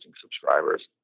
subscribers